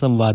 ಸಂವಾದ